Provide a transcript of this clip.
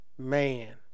man